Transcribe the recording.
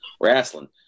Wrestling